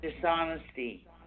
dishonesty